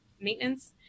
maintenance